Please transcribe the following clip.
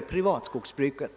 privatskogsbruket.